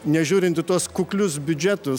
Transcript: nežiūrint į tuos kuklius biudžetus